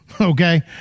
okay